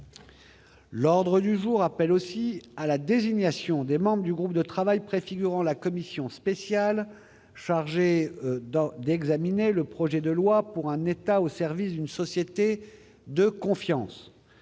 L'ordre du jour appelle la désignation des membres du groupe de travail préfigurant la commission spéciale chargée d'examiner le projet de loi pour un État au service d'une société de confiance.